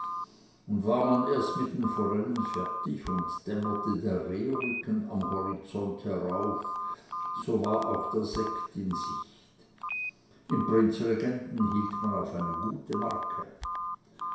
und war man erst mit den forellen fertig und dämmerte der rehrücken am horizont herauf so war auch der sekt in sicht im prinzregenten hielt man auf eine gute marke